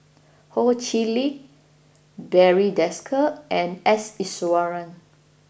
Ho Chee Lick Barry Desker and S Iswaran